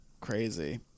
crazy